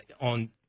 on